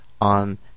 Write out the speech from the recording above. on